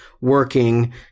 working